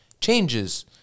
changes